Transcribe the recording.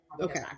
okay